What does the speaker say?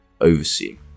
overseeing